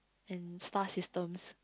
and star systems